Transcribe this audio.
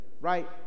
right